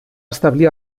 establir